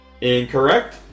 Incorrect